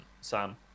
sam